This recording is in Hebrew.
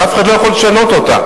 ואף אחד לא יכול לשנות אותה,